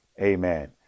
amen